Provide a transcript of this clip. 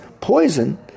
poison